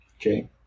Okay